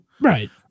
right